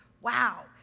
Wow